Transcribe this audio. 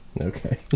Okay